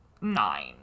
nine